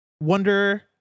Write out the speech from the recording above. wonder